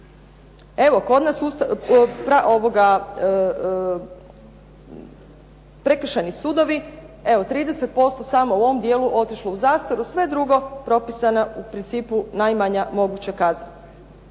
Evo, kod nas prekršajni sudovi 30% samo u ovom dijelu otišlo u zastaru, sve drugo propisana je u principu najmanja moguća kazna.